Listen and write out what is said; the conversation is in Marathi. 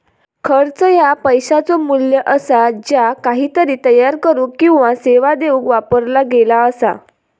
खर्च ह्या पैशाचो मू्ल्य असा ज्या काहीतरी तयार करुक किंवा सेवा देऊक वापरला गेला असा